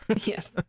yes